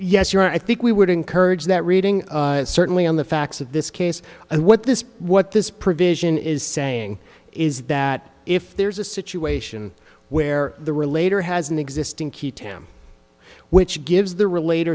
honor i think we would encourage that reading is certainly on the facts of this case and what this what this provision is saying is that if there's a situation where the relator has an existing key tam which gives the relat